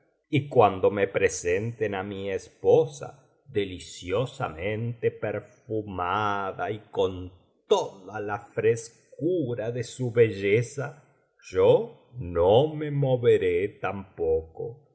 y cuando me presenten á mi esposa deliciosamente perfumada y con toda la frescura de su belleza yo no me moveré tampoco